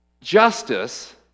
justice